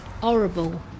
Horrible